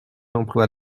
emploi